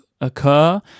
occur